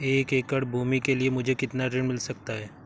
एक एकड़ भूमि के लिए मुझे कितना ऋण मिल सकता है?